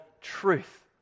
truth